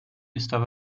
estava